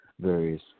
various